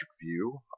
view